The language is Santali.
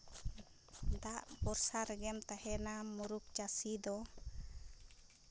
ᱫᱟᱜ ᱵᱷᱚᱨᱥᱟ ᱨᱮᱜᱮᱢ ᱛᱟᱦᱮᱱᱟ ᱢᱩᱨᱩᱠ ᱪᱟᱹᱥᱤ ᱫᱚ